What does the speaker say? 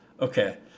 Okay